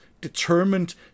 determined